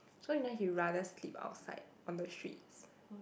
so you know he rather sleep outside on the streets